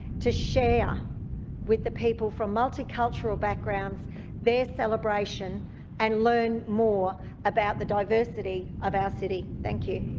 to share with the people from multicultural backgrounds their celebration and learn more about the diversity of our city. thank you.